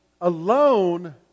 alone